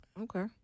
Okay